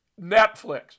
Netflix